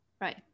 right